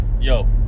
Yo